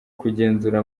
kugenzura